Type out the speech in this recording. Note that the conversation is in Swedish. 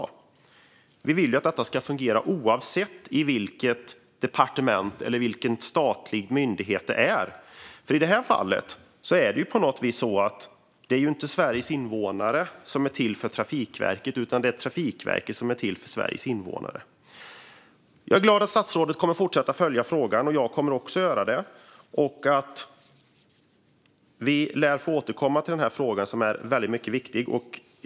Vi vill att detta ska fungera oavsett vilket departement eller vilken statlig myndighet det är. I det här fallet är det på något vis så att det inte är Sveriges invånare som är till för Trafikverket, utan det är Trafikverket som är till för Sveriges invånare. Jag är glad åt att statsrådet kommer att fortsätta att följa frågan, och jag kommer också att göra det. Vi lär få återkomma till denna väldigt viktiga fråga.